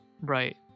Right